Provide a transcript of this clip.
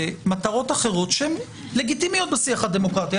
מטרות אחרות שהן לגיטימיות בשיח הדמוקאטי.